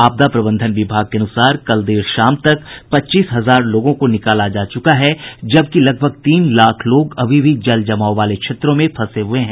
आपदा प्रबंधन विभाग के अनुसार कल देर शाम तक पच्चीस हजार लोगों को निकाला जा चुका है जबकि लगभग तीन लाख लोग अभी भी जल जमाव वाले क्षेत्रों में फंसे हुये हैं